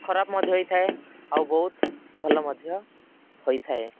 ଖରାପ ମଧ୍ୟ ହେଇଥାଏ ଆଉ ବହୁତ ଭଲ ମଧ୍ୟ ହୋଇଥାଏ